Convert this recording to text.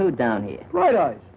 who down here right